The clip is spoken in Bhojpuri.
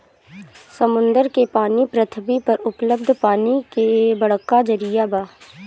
समुंदर के पानी पृथ्वी पर उपलब्ध पानी के बड़का जरिया बा